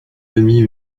demi